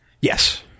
Yes